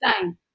time